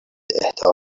اهدا